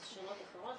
אלה שאלות אחרות,